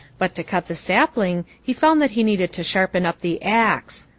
but to cut the sapling he found that he needed to sharpen up the axe.